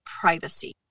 privacy